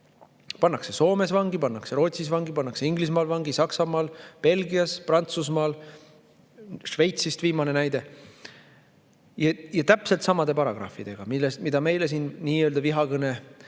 Pannakse Soomes vangi, pannakse Rootsis vangi, pannakse Inglismaal vangi, Saksamaal, Belgias, Prantsusmaal, Šveitsist viimane näide, täpselt samade paragrahvide alusel, mida meile siin nii-öelda vihakõne